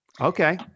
Okay